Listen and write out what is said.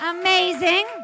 amazing